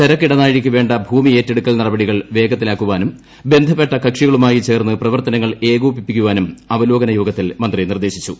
ചരക്ക് ഇടനാഴിക്ക് വേണ്ട ഭൂമിയേറ്റെടുക്കൽ നടപടികൾ വേഗത്തിലാക്കാനും ബന്ധപ്പെട്ട കക്ഷികളുമായി ചേർന്ന് പ്രവർത്തനങ്ങൾ ഏകോപിപ്പിക്കാനും അവലോകന യോഗത്തിൽ മന്ത്രി നിർദ്ദേശിച്ചു